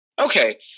okay